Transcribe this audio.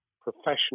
professional